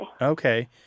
Okay